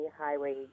highway